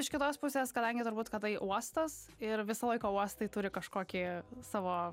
iš kitos pusės kadangi turbūt kad tai uostas ir visą laiką uostai turi kažkokį savo